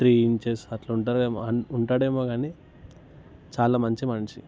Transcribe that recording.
three inches అట్లా ఉంటాడు ఏమో అని ఉంటాయి ఏమో కానీ చాలా మంచి మనిషి